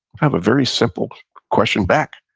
have a very simple question back.